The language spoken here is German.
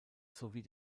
sowie